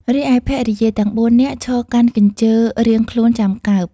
រីឯភរិយាទាំង ៤ នាក់ឈរកាន់កញ្ជើរៀងខ្លួនចាំកើប ។